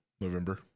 november